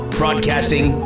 broadcasting